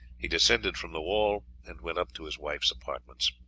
he descended from the wall and went up to his wife's apartments.